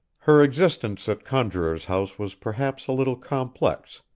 her existence at conjuror's house was perhaps a little complex,